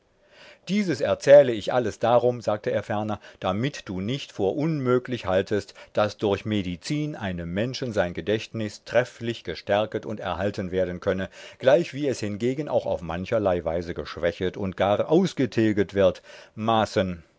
dieses erzähle ich alles darum sagte er ferner damit du nicht vor unmüglich haltest daß durch medizin einem menschen sein gedächtnus trefflich gestärket und erhalten werden könne gleichwie es hingegen auch auf mancherlei weise geschwächet und gar ausgetilget wird maßen